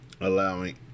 allowing